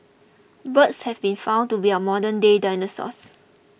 birds have been found to be our modernday dinosaurs